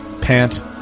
pant